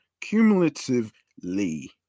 cumulatively